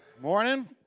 Morning